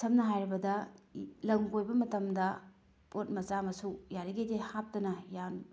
ꯁꯝꯅ ꯍꯥꯏꯔꯕꯗ ꯂꯝ ꯀꯣꯏꯕ ꯃꯇꯝꯗ ꯄꯣꯠ ꯃꯆꯥ ꯃꯁꯨ ꯌꯥꯔꯤꯃꯈꯩꯗꯤ ꯍꯥꯞꯇꯅ ꯌꯥꯝ